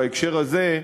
בהקשר הזה,